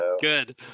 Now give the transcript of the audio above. Good